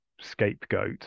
scapegoat